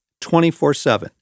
24-7